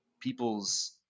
people's